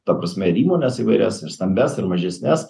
ta prasme ir įmones įvairias ir stambias ir mažesnes